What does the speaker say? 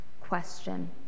question